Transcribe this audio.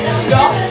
stop